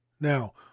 Now